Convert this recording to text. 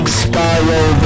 spiral